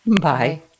Bye